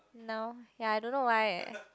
now ya I don't know why eh